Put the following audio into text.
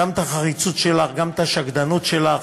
גם את החריצות שלך, גם את השקדנות שלך,